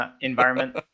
environment